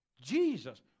Jesus